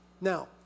Now